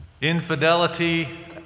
Infidelity